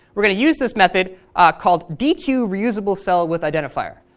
we're going to use this method called dequeuereusablecellwithidentifier.